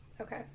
okay